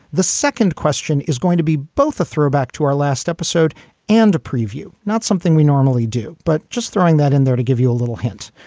the second question is going to be both a throwback to our last episode and a preview. not something we normally do, but just throwing that in there to give you a little hint.